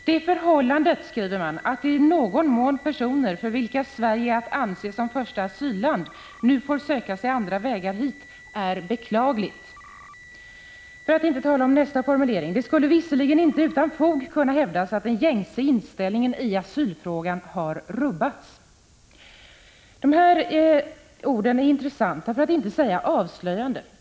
”Det förhållandet,” skriver man, ”att i någon mån personer för vilka Sverige kan vara att anse som första asylland nu får söka sig andra vägar hit är i och för sig beklagligt.” Man uttalar också: ”Det skulle visserligen inte utan fog kunna hävdas att den gängse inställningen i asylfrågor har rubbats ———.” Dessa ord är intressanta för att inte säga avslöjande.